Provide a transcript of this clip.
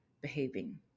behaving